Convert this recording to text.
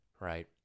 Right